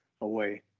away